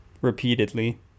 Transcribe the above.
repeatedly